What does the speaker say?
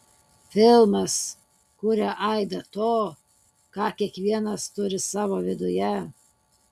filmas kuria aidą to ką kiekvienas turi savo viduje